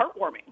heartwarming